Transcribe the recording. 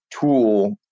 tool